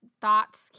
thoughts